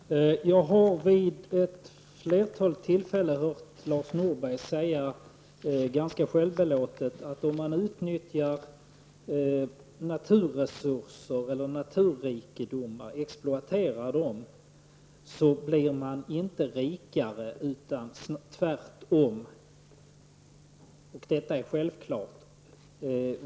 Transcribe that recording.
Herr talman! Jag har vid ett flertal tillfällen hört Lars Norberg ganska självbelåtet säga att om man exploaterar naturrikedomar, så blir man inte rikare utan tvärtom fattigare och att detta är självklart.